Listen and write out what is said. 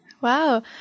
Wow